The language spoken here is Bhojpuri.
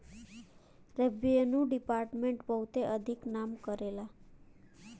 रेव्रेन्यू दिपार्ट्मेंट बहुते अधिक नाम करेला